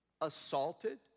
assaulted